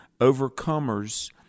Overcomers